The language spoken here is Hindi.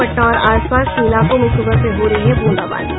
पटना और आस पास के इलाकों में सुबह से हो रही ब्रंदाबांदी